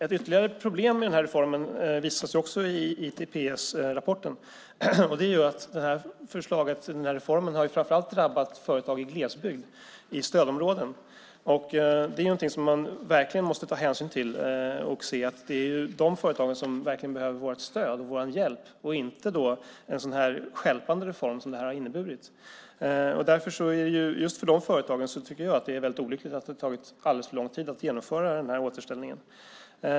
Ett ytterligare problem med reformen visas i ITPS-rapporten där det framkommer att reformen framför allt drabbat företag i glesbygd, i stödområden. Det måste vi verkligen ta hänsyn till, för det är de företagen som verkligen behöver vårt stöd och vår hjälp. De behöver inte en stjälpande reform som ju denna varit. För just de företagens skull tycker jag att det är olyckligt att det tagit så lång tid att genomföra återställningen.